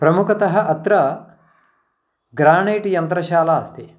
प्रमुखतः अत्र ग्रानैट् यन्त्रशाला अस्ति